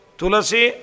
tulasi